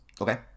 Okay